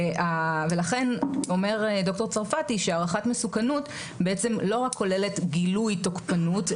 לכן אומר ד"ר צרפתי שהערכת מסוכנות בעצם לא כוללת רק גילוי תוקפנות,